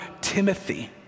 Timothy